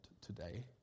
today